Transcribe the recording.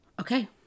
Okay